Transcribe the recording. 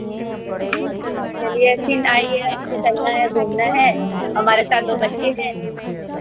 अच्छा चलिए फिर आइए हमको चलना हे घूमने और हमारे साथ दो बच्चे हें